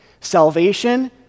Salvation